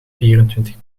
vierentwintig